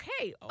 okay